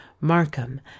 Markham